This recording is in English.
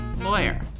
lawyer